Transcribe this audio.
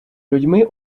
людьми